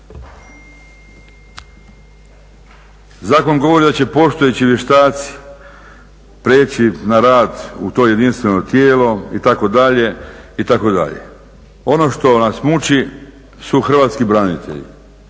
Zakon govori da će postojeći vještaci prijeći na rad u to jedinstveno tijelo itd. itd. Ono što nas muči su hrvatski branitelji.